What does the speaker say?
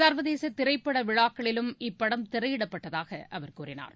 சர்வதேச திரைப்பட விழாக்களிலும் இப்படம் திரையிடப்பட்டதாக அவர் கூறினார்